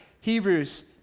Hebrews